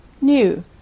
New